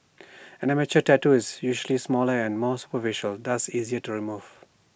an amateur tattoo is usually smaller and more superficial thus easier to remove